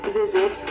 visit